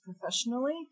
professionally